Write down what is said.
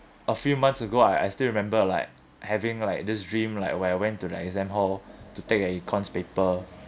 a few months ago I I still remember like having like this dream like where I went to the exam hall to take an econs paper